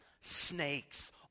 Snakes